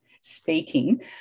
speaking